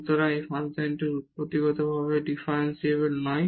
সুতরাং এই ফাংশনটি উৎপত্তিগতভাবে ডিফারেনশিবল নয়